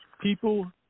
People